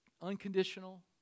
unconditional